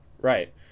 Right